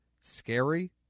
Scary